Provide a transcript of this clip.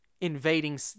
invading